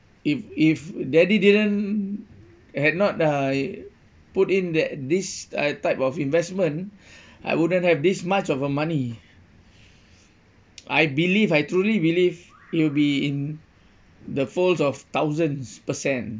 if if daddy didn't had not uh put in that this uh type of investment I wouldn't have this much of a money I believe I truly believe it'll be in the folds of thousands percent